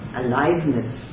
aliveness